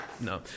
No